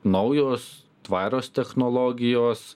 naujos tvarios technologijos